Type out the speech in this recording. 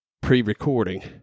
pre-recording